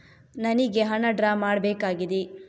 ನನಿಗೆ ಹಣ ಡ್ರಾ ಮಾಡ್ಬೇಕಾಗಿದೆ